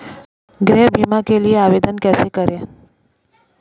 गृह बीमा के लिए आवेदन कैसे करें?